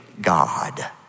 God